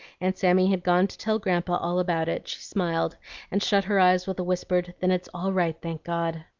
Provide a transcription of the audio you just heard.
and sammy had gone to tell grandpa all about it, she smiled and shut her eyes with a whispered, then it's all right, thank god!